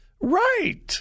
right